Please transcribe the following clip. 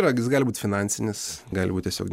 regis gali būt finansinis gali būt tiesiog